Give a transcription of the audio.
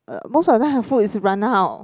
uh most of the time our food is run out